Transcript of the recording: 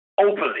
openly